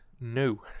no